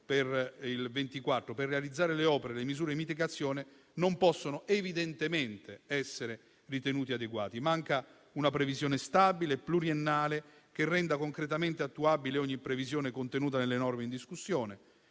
per il 2024 per realizzare le opere e le misure mitigazione, non può evidentemente ritenersi adeguato. Manca una previsione stabile e pluriennale che renda concretamente attuabile ogni previsione contenuta nelle norme in discussione,